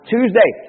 Tuesday